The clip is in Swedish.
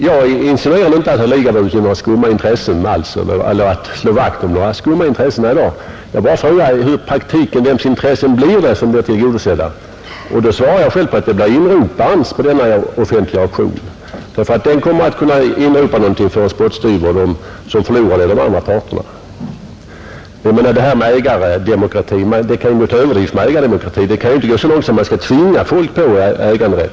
Jag insinuerade inte alls att herr Lidgard hade några skumma intressen eller att han ville slå vakt om några sådana, utan jag frågade bara vems intressen som i praktiken blir tillgodosedda, På det svarar jag själv att det blir inroparens vid den offentliga auktionen, därför att han kan inropa någonting för en spottstyver, och de som förlorar är de andra parterna. Jag menar att det här med ägardemokrati kan gå till överdrift. Ägardemokratin får inte sträcka sig så långt att man tvingar på folk äganderätt.